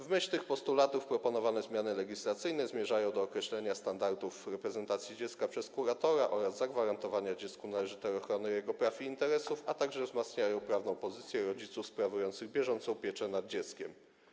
W myśl tych postulatów proponowane zmiany legislacyjne zmierzają do określenia standardów reprezentacji dziecka przez kuratora oraz zagwarantowania dziecku należytej ochrony jego praw i interesów, a także wzmacniają prawną pozycję rodziców sprawujących bieżącą pieczę nad dzieckiem.